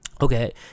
Okay